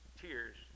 tears